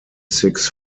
six